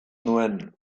nuen